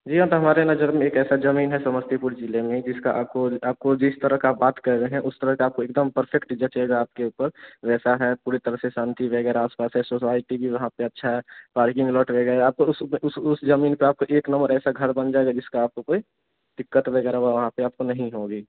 जी हाँ तो हमारी नज़र में एक ऐसी ज़मीन है समस्तीपुर ज़िले में ही जिसका आपको आपको जिस तरह की बात कर रहें उस तरह की आपको एक दम परफ़ेक्ट जचेगा आपके ऊपर वैसी है पूरे तरह से शांति है आस पास है सोसाइटी भी वहाँ पर अच्छी है पार्किंग लॉट रहेगा आपको उस ज़मीन पर आपको एक नम्मर ऐसा घर बन जाएगा जिसकी आपका कोई दिक्कत वग़ैरह वहाँ पर आपको नहीं होगी